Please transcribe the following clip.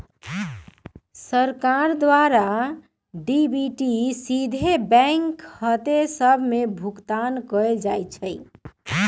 सरकार द्वारा डी.बी.टी सीधे बैंक खते सभ में भुगतान कयल जाइ छइ